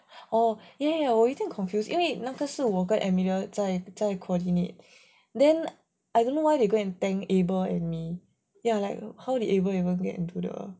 orh 因为我要点 confused 因为那个是我跟 emilia 在在 coordinate then I don't know why they go and thank abel and me ya like how did abel even to get into the